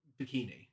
bikini